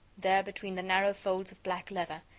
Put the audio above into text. there, between the narrow folds of black leather,